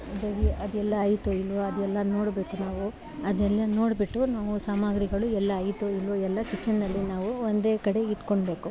ದಹಿ ಅದೆಲ್ಲ ಐತೊ ಇಲ್ವೋ ಅದೆಲ್ಲ ನೋಡಬೇಕು ನಾವು ಅದೆಲ್ಲ ನೋಡ್ಬಿಟ್ಟು ನಾವು ಸಾಮಾಗ್ರಿಗಳು ಎಲ್ಲ ಐತೊ ಇಲ್ವೋ ಎಲ್ಲ ಕಿಚನ್ನಲ್ಲಿ ನಾವು ಒಂದೇ ಕಡೆ ಇಟ್ಕೋಳ್ಬೇಕು